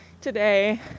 today